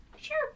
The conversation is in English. Sure